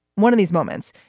one of these moments,